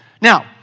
Now